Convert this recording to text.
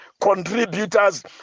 contributors